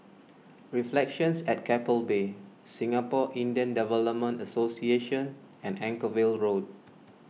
Reflections at Keppel Bay Singapore Indian Development Association and Anchorvale Road